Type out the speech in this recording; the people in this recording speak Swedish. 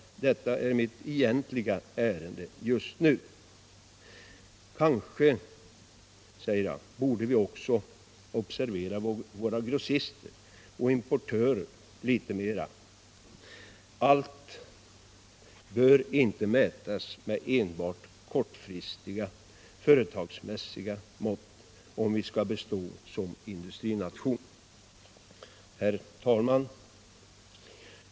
Detta är mitt egentliga ärende just i dag. Kanske borde vi också observera våra grossister och importörer litet mera. Allt bör inte mätas med enbart kortsiktiga företagsmässiga mått, om vi skall bestå som industrination. Herr talman!